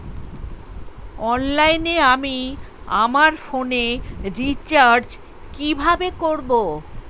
অনলাইনে আমি আমার ফোনে রিচার্জ কিভাবে করব?